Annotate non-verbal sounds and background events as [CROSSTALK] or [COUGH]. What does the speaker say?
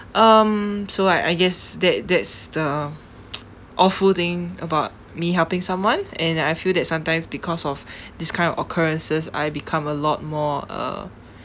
um so I I guess that that's the [NOISE] awful thing about me helping someone and I feel that sometimes because of [BREATH] this kind of occurrences I become a lot more uh